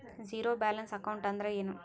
Zero balance account ಅಂದ್ರ ಏನು?